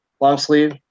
long-sleeve